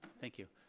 thank you.